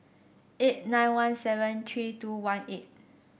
eight nine one seven three two one eight